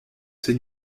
ses